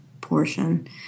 portion